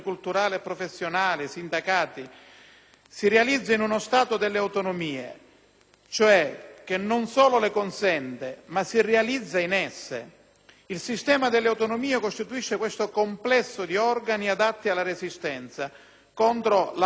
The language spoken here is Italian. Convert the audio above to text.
si realizza in uno Stato delle autonomie, cioè che non solo le consente ma si realizza in esse. Il sistema delle autonomie costituisce il complesso di organi adatti alla resistenza contro la potenziale prevaricazione dello Stato